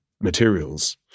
materials –